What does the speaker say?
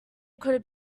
could